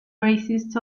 bassist